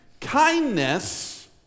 Kindness